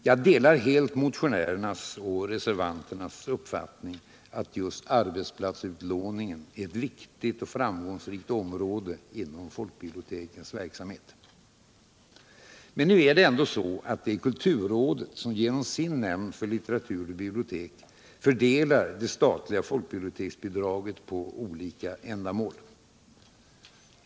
Jag delar motionärernas och reservanternas uppfattning att just arbetsplatsutlåningen är ett viktigt och framgångsrikt område inom folkbibliotekens verksamhet. Nu är det emellertid så att det är kulturrådet som genom sin nämnd för litteratur och bibliotek fördelar det statliga folkbiblioteksbidraget på olika ändamål.